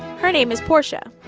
her name is portia,